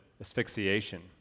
asphyxiation